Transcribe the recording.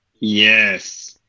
Yes